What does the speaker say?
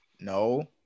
no